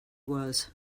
was